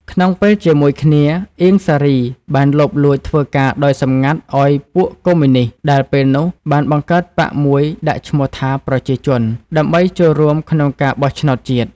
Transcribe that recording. ក្នុងពេលជាមួយគ្នា អៀង សារី បានលបលួចធ្វើការដោយសម្ងាត់ឱ្យពួកកុម្មុយនិស្ត ដែលពេលនោះបានបង្កើតបក្សមួយដាក់ឈ្មោះថា “ប្រជាជន” ដើម្បីចូលរួមក្នុងការបោះឆ្នោតជាតិ។